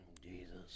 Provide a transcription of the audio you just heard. Jesus